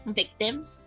victims